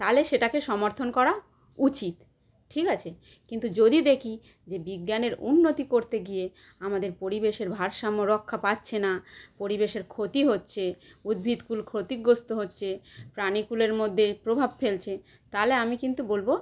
তালে সেটাকে সমর্থন করা উচিত ঠিক আছে কিন্তু যদি দেখি যে বিজ্ঞানের উন্নতি করতে গিয়ে আমাদের পরিবেশের ভারসাম্য রক্ষা পাচ্ছে না পরিবেশের ক্ষতি হচ্ছে উদ্ভিদকুল ক্ষতিগ্রস্থ হচ্ছে প্রাণীকুলের মধ্যে প্রভাব ফেলছে তাহলে আমি কিন্তু বলবো